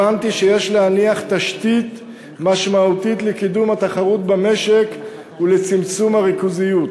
הבנתי שיש להניח תשתית משמעותית לקידום התחרות במשק ולצמצום הריכוזיות.